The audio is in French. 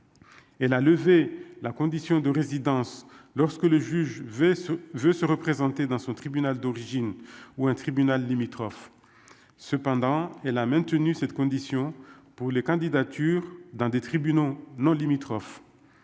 la levée la condition de résidence lorsque le juge v se veut se représenter dans son tribunal d'origine ou un tribunal limitrophes, cependant, elle a maintenu cette condition pour les candidatures d'un des tribunaux non limitrophes